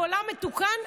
בעולם מתוקן,